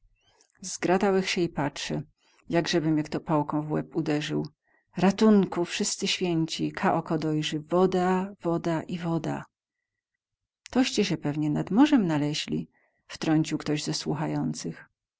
ka zgratałech sie i patrzę jakzeby mie kto pałką w łeb uderzył ratunku wsyscy święci ka oko dojrzy woda woda i woda toście sie pewnie nad morzem naleźli wtrącił ktoś ze słuchających